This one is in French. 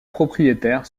propriétaire